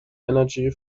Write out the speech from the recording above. energy